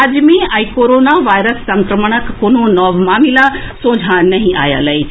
राज्य मे आइ कोरोना वायरस संक्रमणक कोनो नव मामिला सोझां नहि आएल अछि